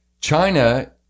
China